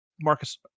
Marcus